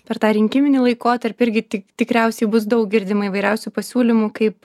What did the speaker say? per tą rinkiminį laikotarpį irgi tik tikriausiai bus daug girdima įvairiausių pasiūlymų kaip